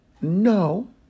No